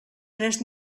tres